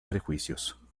prejuicios